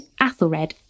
Athelred